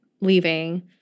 leaving